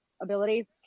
ability